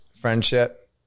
friendship